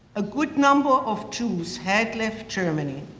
a good number of jews had left germany.